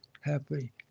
Happy